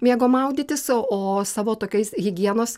mėgo maudytis o savo tokiais higienos